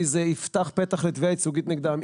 כי זה יפתח פתח לתביעה ייצוגית נגדם.